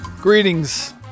Greetings